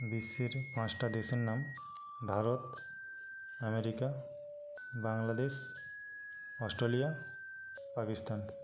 বিশ্বের পাঁচটা দেশের নাম ভারত আমেরিকা বাংলাদেশ অস্ট্রেলিয়া পাকিস্তান